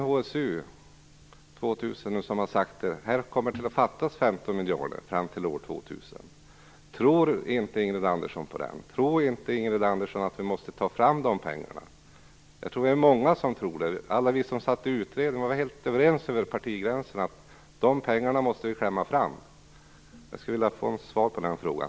HSU 2000 har sagt att det kommer att fattas 15 miljarder fram till år 2000. Tror inte Ingrid Andersson på den utredningen? Tror inte Ingrid Andersson att vi måste ta fram de pengarna? Det är många som tror det. Alla vi som satt i utredningen var helt överens över partigränserna att de pengarna måste vi klämma fram. Jag skulle vilja få ett svar på den frågan.